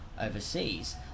overseas